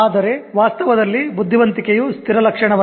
ಆದರೆ ವಾಸ್ತವದಲ್ಲಿ ಬುದ್ಧಿವಂತಿಕೆಯು ಸ್ಥಿರ ಲಕ್ಷಣವಲ್ಲ